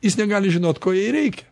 jis negali žinot ko jai reikia